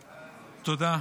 תודה.